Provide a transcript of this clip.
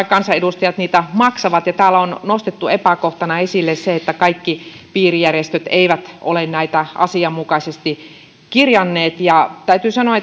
kansanedustajat maksavat täällä on nostettu epäkohtana esille se että kaikki piirijärjestöt eivät ole näitä asianmukaisesti kirjanneet täytyy sanoa